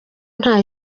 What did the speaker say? nta